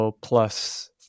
plus